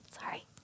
Sorry